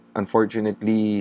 unfortunately